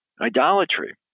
idolatry